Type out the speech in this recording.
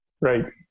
Right